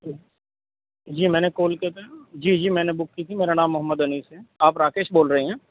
جی میں نے کال کیا تھا جی جی میں نے بک کی تھی میرا نام محمد انیس ہے آپ راکیش بول رہے ہیں